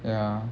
ya